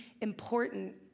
important